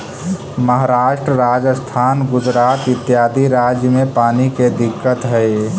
महाराष्ट्र, राजस्थान, गुजरात इत्यादि राज्य में पानी के दिक्कत हई